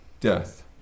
death